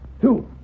two